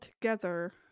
together